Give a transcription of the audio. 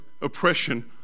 oppression